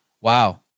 Wow